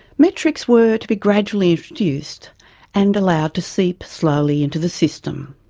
metrics were to be gradually introduced and allowed to seep slowly into the system.